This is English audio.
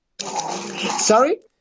Sorry